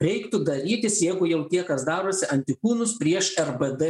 reiktų darytis jeigu jau tie kas darosi antikūnus prieš rbd